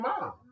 Mom